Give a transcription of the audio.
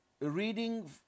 reading